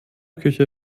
küche